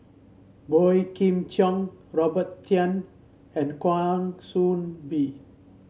Boey Kim Cheng Robert Tan and Kwa Soon Bee